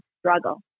struggle